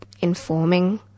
informing